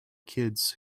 kids